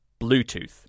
Bluetooth